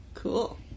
Cool